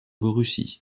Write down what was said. russie